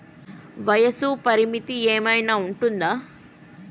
వయస్సు పరిమితి ఏమైనా ఉంటుందా?